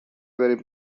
بریم